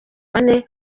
bane